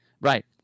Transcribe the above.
Right